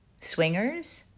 Swingers